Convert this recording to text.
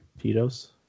Tito's